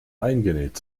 eingenäht